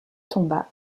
tomba